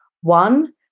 one